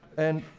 and.